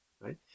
right